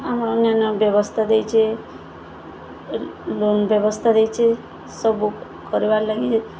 ଆମର ଅନ୍ୟାନ୍ୟ ବ୍ୟବସ୍ଥା ଦେଇଚେ ଲୋନ ବ୍ୟବସ୍ଥା ଦେଇଚେ ସବୁ କରିବାର୍ ଲାଗି